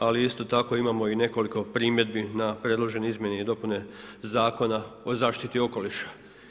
Ali, isto tako imamo nekoliko primjedbi na predložene izmjene i dopune Zakona o zaštiti okoliša.